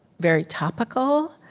very topical.